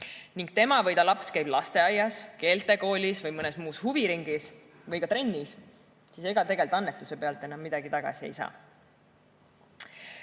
ning tema või ta laps käib lasteaias, keeltekoolis või mõnes muus huviringis või ka trennis, siis ega tegelikult annetuse pealt enam midagi tagasi ei saa.